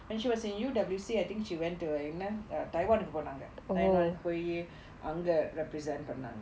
when she was in U_W_C I think she went uh என்ன:enna taiwan போனாங்க:ponaanga taiwan போய் அங்க:poyi anga represent பன்னாங்க:panaanga